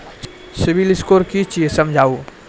Civil score कि छियै समझाऊ?